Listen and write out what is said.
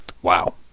Wow